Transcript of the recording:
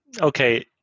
Okay